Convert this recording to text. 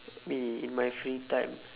me in my free time